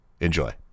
Enjoy